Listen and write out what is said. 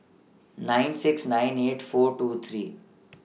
nine six nine eight four two three